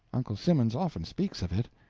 uncle simmons often speaks of it.